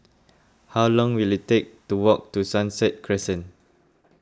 how long will it take to walk to Sunset Crescent